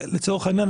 לצורך העניין,